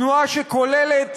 תנועה שכוללת